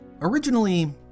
Originally